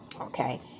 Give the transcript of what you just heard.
Okay